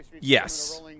Yes